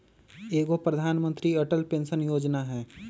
एगो प्रधानमंत्री अटल पेंसन योजना है?